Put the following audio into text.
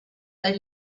they